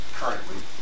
currently